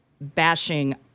bashing